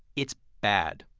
it's bad,